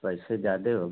पैसे ज़्यादा हो गऍ